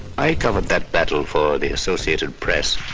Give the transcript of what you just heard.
i covered that battle for the associated press.